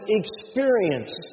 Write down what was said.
experience